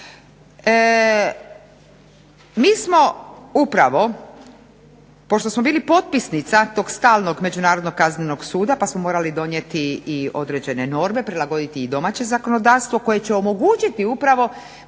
Mi smo upravo, pošto smo bili potpisnica tog stalnog međunarodnog kaznenog suda pa smo morali donijeti i određene norme, prilagoditi i domaće zakonodavstvo koje će omogućiti upravo